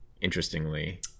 Interestingly